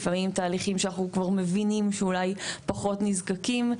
לפעמים תהליכים שאנחנו כבר מבינים שאולי פחות נזקקים.